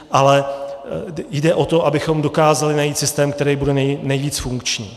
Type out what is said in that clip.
Ale jde o to, abychom dokázali najít systém, který bude nejvíc funkční.